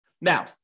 Now